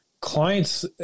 clients